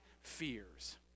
fears